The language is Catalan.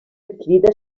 adquirida